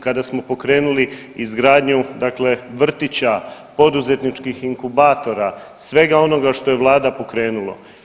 Kada smo pokrenuli izgradnju dakle vrtića, poduzetničkih inkubatora, svega onoga što je Vlada pokrenula.